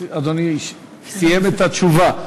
אדוני סיים את התשובה.